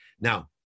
Now